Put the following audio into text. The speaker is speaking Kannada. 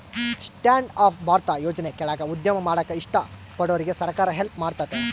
ಸ್ಟ್ಯಾಂಡ್ ಅಪ್ ಭಾರತದ ಯೋಜನೆ ಕೆಳಾಗ ಉದ್ಯಮ ಮಾಡಾಕ ಇಷ್ಟ ಪಡೋರ್ಗೆ ಸರ್ಕಾರ ಹೆಲ್ಪ್ ಮಾಡ್ತತೆ